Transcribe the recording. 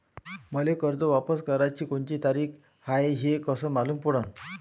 मले कर्ज वापस कराची कोनची तारीख हाय हे कस मालूम पडनं?